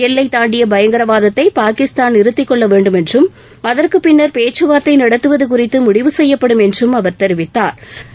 எல்லை தாண்டிய பயங்கரவாதத்தை பாகிஸ்தான் நிறுத்திக் கொள்ள வேண்டுமென்றும் அதற்குப் பின்னா் பேச்சுவார்த்தை நடத்துவது குறித்து முடிவு செய்யப்படும் என்றும் அவா் தெரிவித்தாா்